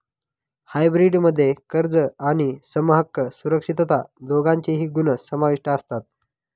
hybrid मध्ये कर्ज आणि समहक्क सुरक्षितता दोघांचेही गुण समाविष्ट असतात